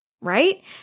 right